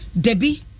Debbie